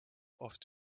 oft